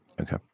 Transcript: Okay